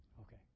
Okay